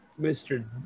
Mr